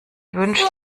wünscht